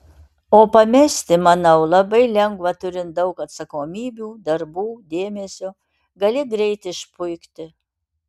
o pamesti manau labai lengva turint daug atsakomybių darbų dėmesio gali greit išpuikti